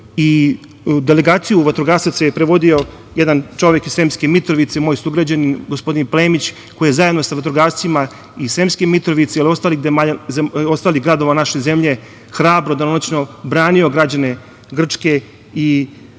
Delegaciju vatrogasaca je predvodio jedan čovek iz Sremske Mitrovice, moj sugrađanin, gospodin Plemić koji je zajedno sa vatrogascima iz Sremske Mitrovice i ostalih gradova naše zemlje, hrabro i danonoćno branio građane Grčke i na